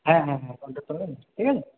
হ্যাঁ হ্যাঁ হ্যাঁ কন্টাক্ট করবে ঠিক আছে